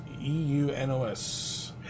E-U-N-O-S